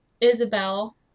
isabel